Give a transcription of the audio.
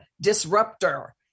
disruptor